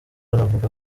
anavuga